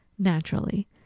naturally